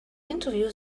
interview